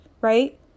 Right